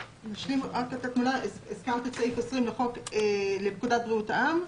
את הזכרת את סעיף 20 לחוק לפקודת בריאות העם.